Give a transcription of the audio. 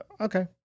okay